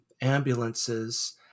ambulances